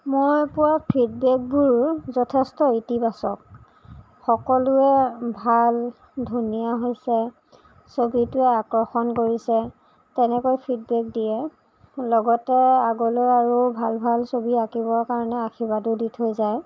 মই পোৱা ফিদবেকভোৰ যথেষ্ট ইতিবাচক সকলোৱে ভাল ধুনীয়া হৈছে ছবিটোৱে আকৰ্ষণ কৰিছে তেনেকৈ ফিদবেক দিয়ে লগতে আগলৈ আৰু ভাল ভাল ছবি আঁকিবৰ কাৰণে আশীৰ্বাদো দি থৈ যায়